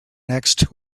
next